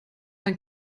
ein